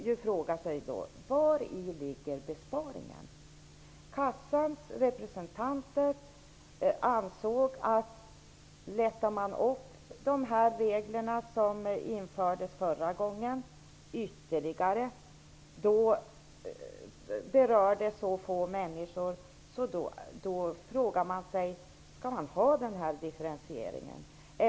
Försäkringskassans representanter ansåg, att om man ytterligare lättar på de regler som infördes förra gången, berör det så få människor att man frågar sig: Skall man ha denna differentiering?